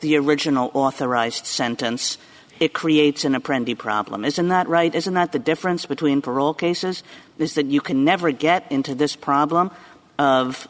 the original authorized sentence it creates an imprint the problem isn't that right isn't that the difference between parole cases is that you can never get into this problem of